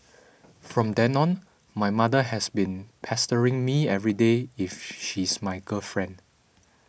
from then on my mother has been pestering me everyday if she's my girlfriend